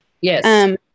Yes